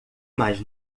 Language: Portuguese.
mais